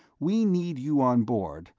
we need you on board,